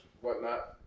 whatnot